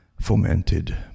fomented